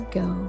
go